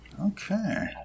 Okay